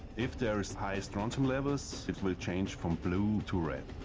if there is high strontium levels, it will change from blue to red.